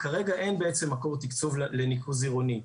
כרגע אין בעצם מקור תקצוב לניקוז עירוני.